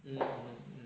mm mm mm